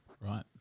Right